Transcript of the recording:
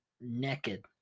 naked